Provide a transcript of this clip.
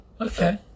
Okay